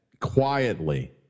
quietly